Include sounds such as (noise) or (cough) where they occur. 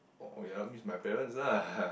orh ya means my parents lah (breath)